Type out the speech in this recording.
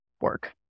work